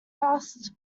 asked